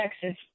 Texas